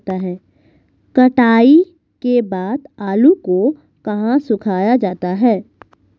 कटाई के बाद आलू को कहाँ सुखाया जाता है?